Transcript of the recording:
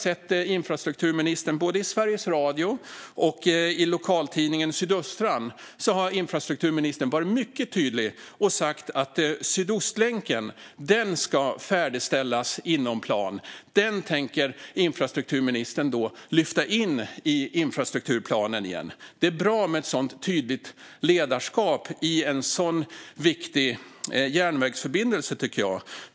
Men infrastrukturministern har i både Sveriges Radio och lokaltidningen Sydöstran varit mycket tydlig och sagt att Sydostlänken ska färdigställas inom planen och att infrastrukturministern tänker lyfta in den i infrastrukturplanen igen. Det är bra med ett tydligt ledarskap i fråga om en sådan viktig järnvägsförbindelse.